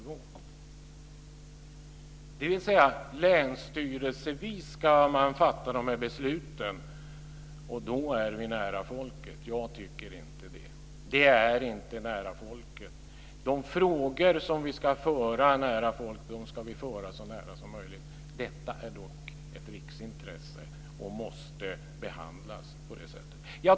Det sättet att resonera innebär alltså att man länsstyrelsevis ska fatta de här besluten. Då skulle vi vara nära folket. Jag tycker inte det. Det är inte nära folket. De frågor som vi ska föra nära folk ska vi föra så nära som möjligt. Detta är dock ett riksintresse, och måste behandlas på det sättet.